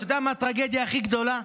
אתה יודע מה הטרגדיה הכי גדולה?